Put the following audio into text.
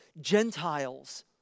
Gentiles